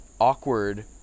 awkward